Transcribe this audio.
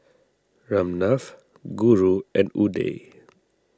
Ramnath Guru and Udai